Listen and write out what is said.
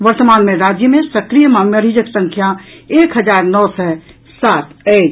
वर्तमान मे राज्य मे सक्रिय मरीजक संख्या एक हजार नओ सय सात अछि